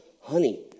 honey